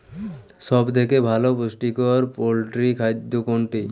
সব থেকে ভালো পুষ্টিকর পোল্ট্রী খাদ্য কোনটি?